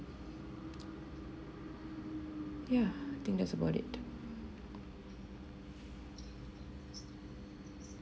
yeah I think that's about it